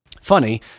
Funny